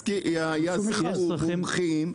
הם יעסיקו מומחים,